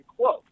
close